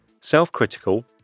self-critical